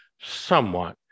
somewhat